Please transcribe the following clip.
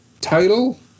title